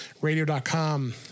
Radio.com